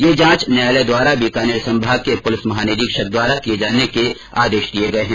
यें जांच न्यायालय द्वारा बीकानेर संभाग के पुलिस महानिरीक्षक द्वारा किए जाने के आदेश पारित किए गए है